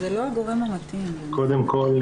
קודם כל,